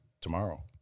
tomorrow